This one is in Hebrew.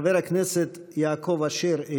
חבר הכנסת יעקב אשר,